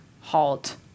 halt